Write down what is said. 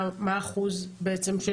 מה האחוז בעצם?